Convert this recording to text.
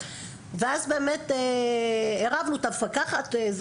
ואז באמת ערבנו את המפקחת,